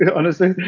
yeah honestly,